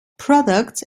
products